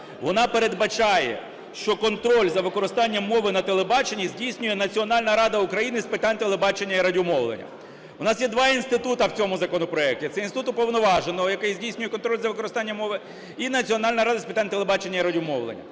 Вона передбачає, що контроль за використанням мови на телебаченні здійснює Національна рада України з питань телебачення і радіомовлення. У нас є два інститути в цьому законопроекті: це інститут Уповноваженого, який здійснює контроль за використанням мови, і Національна рада з питань телебачення і радіомовлення.